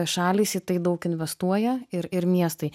šalys į tai daug investuoja ir ir miestai